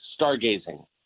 stargazing